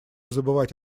забывать